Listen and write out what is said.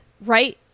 right